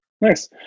Nice